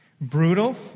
Brutal